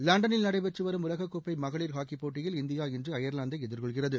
லண்டனில் நடைபெற்று வரும் உலக கோப்பை மகளிர் ஹாக்கிப்போட்டியில் இந்தியா இன்று அயர்லாந்தை எதிர்கொள்கிறது